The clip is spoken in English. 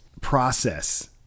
process